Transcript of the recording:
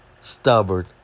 stubborn